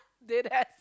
dead ass